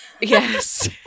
Yes